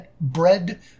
bread